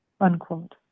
unquote